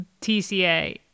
TCA